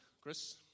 Chris